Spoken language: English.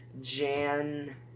Jan